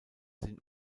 sind